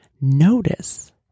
Notice